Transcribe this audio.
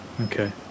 Okay